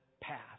path